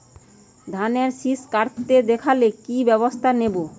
ধানের শিষ কাটতে দেখালে কি ব্যবস্থা নেব?